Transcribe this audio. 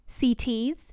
CTs